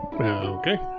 Okay